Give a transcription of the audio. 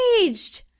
engaged